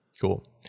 Cool